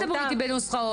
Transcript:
אל תדברי אתי בנוסחאות,